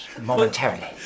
momentarily